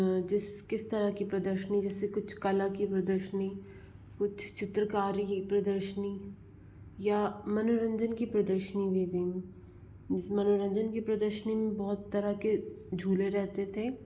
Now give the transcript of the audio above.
जिस किस तरह की प्रदर्शनी जैसे कुछ कला की प्रदर्शनी कुछ चित्रकारी की प्रदर्शनी या मनोरंजन की प्रदर्शनी में गईं हूँ जैसे मनोरंजन की प्रदर्शनी में बहोत तरह के झूले रहते थे